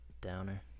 downer